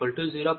0040